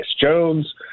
Jones